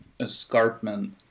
escarpment